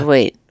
Wait